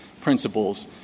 principles